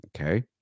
Okay